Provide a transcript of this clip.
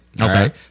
Okay